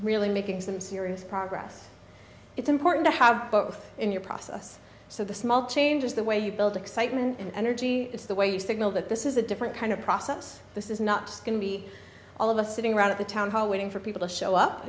really making some serious progress it's important to have both in your process so the small changes the way you build excitement and energy is the way you signal that this is a different kind of process this is not going to be all of us sitting around at the town hall waiting for people to show up